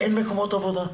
אין מקומות עבודה.